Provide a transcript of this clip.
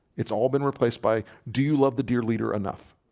it's all been replaced by do you love the dear leader enough?